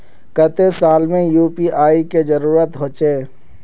केते साल में यु.पी.आई के जरुरत होचे?